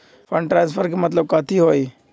Fund transfer के मतलब कथी होई?